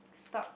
stop